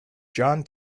john